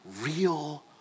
real